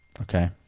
Okay